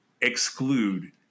exclude